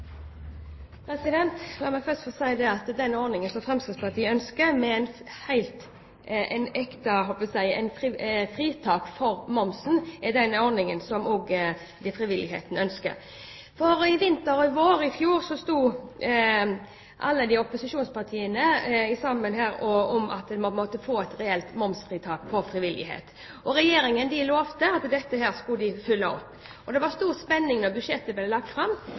La meg først få si at den ordningen som Fremskrittspartiet ønsker, med fullt fritak for moms, er den ordningen som også frivilligheten ønsker. I fjor vinter og vår sto alle opposisjonspartiene her sammen om at man måtte få et reelt momsfritak for frivilligheten. Regjeringen lovte at dette skulle de følge opp. Det var stor spenning da budsjettet ble lagt fram,